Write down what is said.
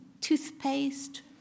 Toothpaste